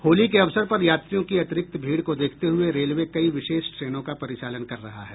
होली के अवसर पर यात्रियों की अतिरिक्त भीड़ को देखते हुए रेलवे कई विशेष ट्रेनों का परिचालन कर रहा है